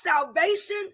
salvation